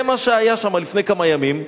זה מה שהיה שם לפני כמה ימים.